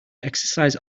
exercise